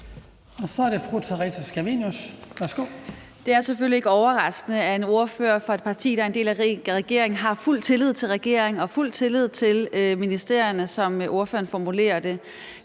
Det er selvfølgelig ikke overraskende, at en ordfører for et parti, der er en del af regeringen, har fuld tillid til regeringen og fuld tillid til ministerierne, som ordføreren formulerer det.